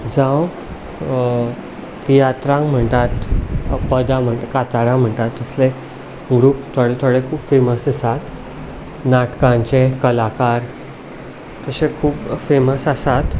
जावं तियात्रांक म्हणटात पदां म्हण कांतारा म्हणटात तसले ग्रूप थोडे थोडे खूब फॅमस आसा नाटकांचे कलाकार तशे खूब फॅमस आसात